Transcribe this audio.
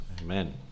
Amen